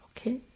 Okay